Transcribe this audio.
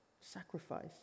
sacrifice